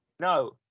No